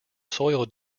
soil